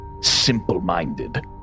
simple-minded